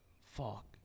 fuck